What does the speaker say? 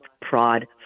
prod